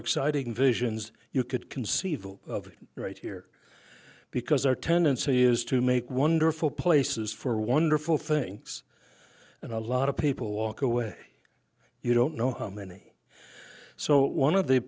exciting visions you could conceive of right here because our tendency is to make wonderful places for wonderful things and a lot of people walk away you don't know how many so one of the